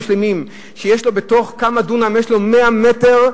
שלמים כשיש לו בתוך כמה דונם 100 מטר,